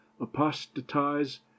apostatize